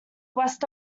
west